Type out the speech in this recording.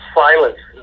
silence